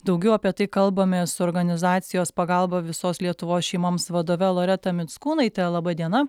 daugiau apie tai kalbamės su organizacijos pagalba visos lietuvos šeimoms vadove loreta mickūnaite laba diena